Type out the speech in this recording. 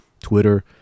Twitter